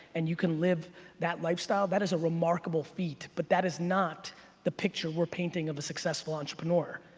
and you can live that lifestyle, that is a remarkable feat but that is not the picture we're painting of a successful entrepreneur.